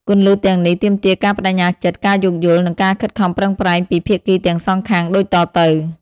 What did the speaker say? ទោះបីជាការរក្សាទំនាក់ទំនងចម្ងាយឆ្ងាយមានបញ្ហាប្រឈមជាច្រើនក៏ដោយ ក៏នៅតែមានវិធីសាស្រ្តជាច្រើនដែលយើងអាចអនុវត្តដើម្បីរក្សាវាឱ្យនៅតែរឹងមាំ មានន័យ និងជោគជ័យ។